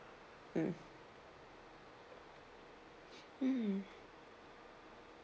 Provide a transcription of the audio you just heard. mm mm